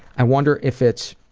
i wonder if it's